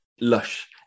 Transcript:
lush